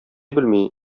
белми